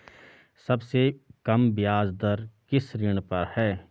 सबसे कम ब्याज दर किस ऋण पर है?